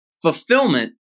Fulfillment